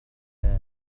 تحتاج